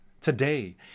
Today